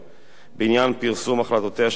בעניין פרסום החלטותיה של ועדת המשמעת,